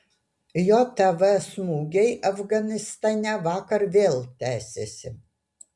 jav smūgiai afganistane vakar vėl tęsėsi